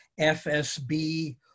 FSB